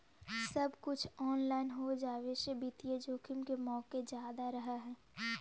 सब कुछ ऑनलाइन हो जावे से वित्तीय जोखिम के मोके जादा रहअ हई